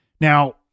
Now